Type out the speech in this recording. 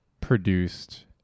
produced